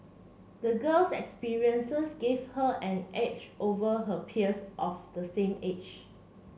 the girl's experiences gave her an edge over her peers of the same age